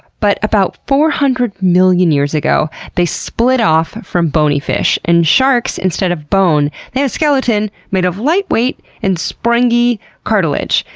but about four hundred million years ago they split off from bony fish, and sharks, instead of bone, have a skeleton made of lightweight and springy cartilage.